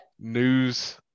news